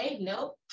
nope